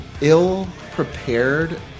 ill-prepared